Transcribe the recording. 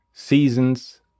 Seasons